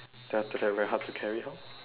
then after that very hard to carry how